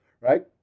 right